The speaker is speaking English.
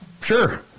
Sure